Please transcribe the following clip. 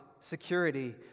security